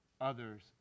others